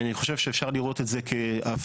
אני חושב שאפשר לראות את זה כהבשלה,